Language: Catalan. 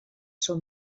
són